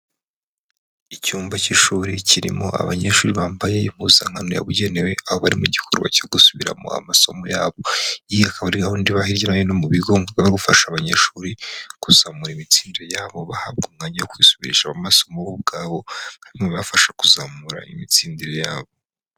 Icyumba cy'ishuri kirimo abanyeshuri bambaye impuzankano yabugenewe, aho bari mu gikorwa cyo gusubiramo amasomo yabo, iyi akaba ari gahunda iba hirya no hino mu bigo, ifasha abanyeshuri kuzamura imitsindire yabo bahabwa umwanya wo kwisubirishama amasomo bo ubwabo, ibi bibafasha kuzamura imitsindire yabo.